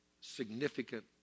significant